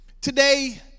Today